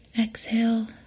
exhale